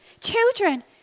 Children